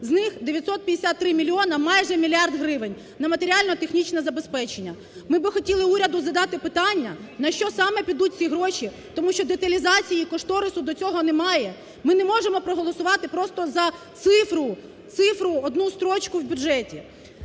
з них 953 мільйони, майже мільярд гривень, на матеріально-технічне забезпечення. Ми би хотіли уряду задати питання, на що саме підуть ці гроші, тому що деталізації кошторису до цього немає, ми не можемо проголосувати просто за цифру, цифру, одну строчку в бюджеті.